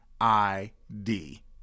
ID